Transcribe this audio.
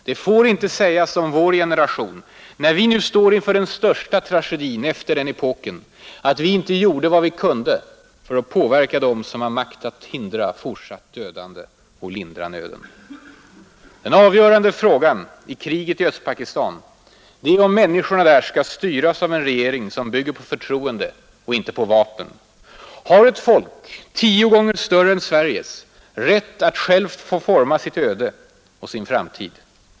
Det får inte sägas om vår generation när vi nu står inför den största tragedin efter den epoken, att vi inte gjorde vad vi kunde för att påverka dem som har makt att hindra fortsatt dödande och lindra nöden. Den avgörande frågan i kriget i Östpakistan är ju om människorna där skall styras av en regering som bygger på förtroende och inte på vapen. Har ett folk, tio gånger större än Sveriges, rätt att självt få forma sitt öde och sin framtid?